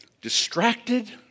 distracted